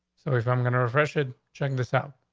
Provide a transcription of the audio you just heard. so if i'm gonna refresh it, check this out.